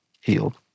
healed